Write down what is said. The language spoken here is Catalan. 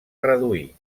reduir